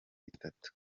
bitatu